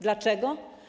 Dlaczego?